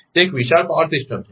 તે એક વિશાળ પાવર સિસ્ટમ છે